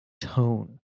tone